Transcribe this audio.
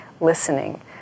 listening